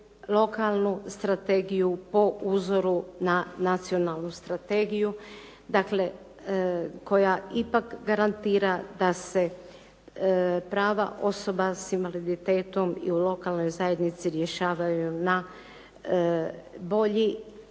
lokalnu strategiju po uzoru na nacionalnu strategiju koja ipak garantira da se prava osoba s invaliditetom i u lokalnoj zajednici rješavaju na bolji